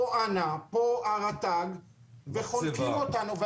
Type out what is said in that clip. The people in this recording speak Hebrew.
וחונקים אותנו,